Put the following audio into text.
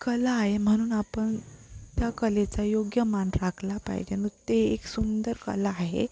कला आहे म्हणून आपण त्या कलेचा योग्य मान राखला पाहिजे नृत्य एक सुंदर कला आहे